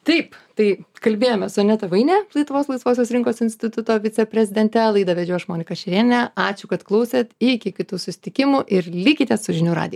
taip tai kalbėjome su aneta vaine lietuvos laisvosios rinkos instituto viceprezidente laidą vedžiau aš monika šerėnienė ačiū kad klausėt iki kitų susitikimų ir likite su žinių radiju